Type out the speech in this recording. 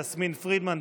יסמין פרידמן,